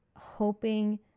hoping